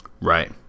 Right